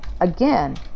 again